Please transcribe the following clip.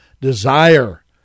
desire